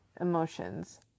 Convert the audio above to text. emotions